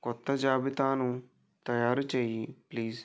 క్రొత్త జాబితాను తయారుచేయి ప్లీజ్